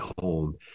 home